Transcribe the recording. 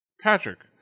Patrick